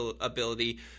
ability